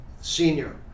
senior